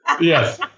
Yes